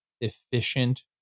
efficient